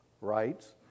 Rights